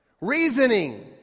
Reasoning